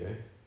Okay